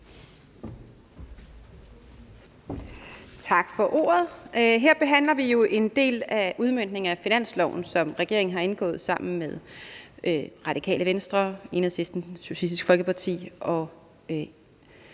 Tak for ordet. Her behandler vi jo en del af udmøntningen af finanslovsaftalen, som regeringen har indgået sammen med Radikale Venstre, Enhedslisten, Socialistisk Folkeparti og